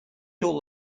all